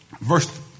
verse